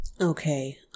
Okay